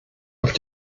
auf